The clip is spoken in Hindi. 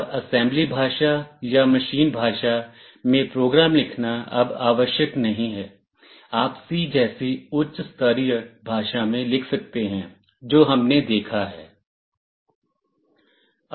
और असेंबली भाषा या मशीन भाषा में प्रोग्राम लिखना अब आवश्यक नहीं है आप C जैसी उच्च स्तरीय भाषा में लिख सकते हैं जो हमने देखा है